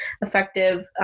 effective